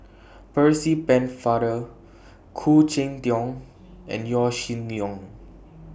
Percy Pennefather Khoo Cheng Tiong and Yaw Shin Leong